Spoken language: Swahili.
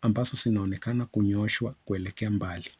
ambazo zinaonekana kunyoshwa kuelekea mbali.